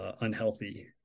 unhealthy